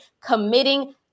committing